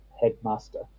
headmaster